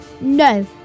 no